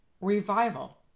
revival